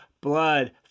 blood